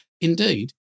Indeed